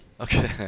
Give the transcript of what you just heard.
Okay